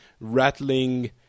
rattling